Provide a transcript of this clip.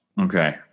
Okay